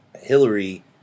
Hillary